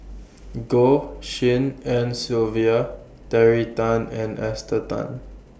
Goh Tshin En Sylvia Terry Tan and Esther Tan